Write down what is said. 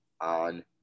on